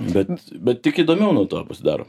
bet bet tik įdomiau nuo to pasidaro